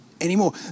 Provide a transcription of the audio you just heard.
anymore